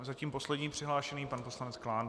Zatím poslední přihlášený je pan poslanec Klán.